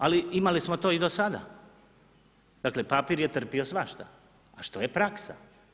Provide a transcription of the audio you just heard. Ali, imali smo to i do sada, dakle, papir je trpio svašta, a što je praksa?